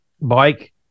bike